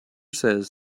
says